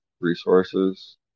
resources